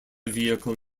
vehicle